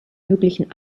möglichen